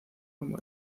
como